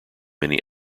many